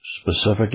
specifically